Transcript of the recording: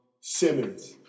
Simmons